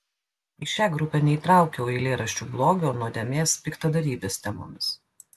į šią grupę neįtraukiau eilėraščių blogio nuodėmės piktadarybės temomis